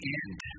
end